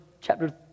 chapter